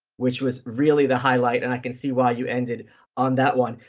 which was really the highlight, and i can see why you ended on that one.